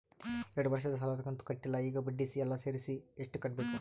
ಎರಡು ವರ್ಷದ ಸಾಲದ ಕಂತು ಕಟ್ಟಿಲ ಈಗ ಬಡ್ಡಿ ಎಲ್ಲಾ ಸೇರಿಸಿ ಎಷ್ಟ ಕಟ್ಟಬೇಕು?